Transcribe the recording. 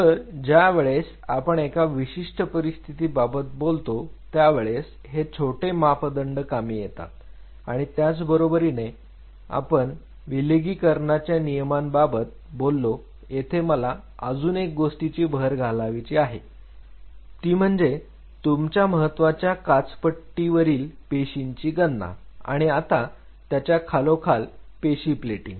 तर ज्या वेळेस आपण एका विशिष्ट परिस्थितीबाबत बोलतो त्यावेळेस हे छोटे मापदंड कामी येतात आणि त्याच बरोबरीने आपण विलगीकरणच्या नियमांबाबत बोललो येथे मला अजून एका गोष्टीची भर घालायची आहे ती म्हणजे तुमच्या महत्त्वाच्या काचपट्टी वरील पेशींची गणना आणि आता त्याच्या खालोखाल पेशी प्लेटिंग